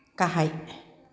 गाहाइ